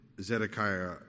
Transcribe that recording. Zedekiah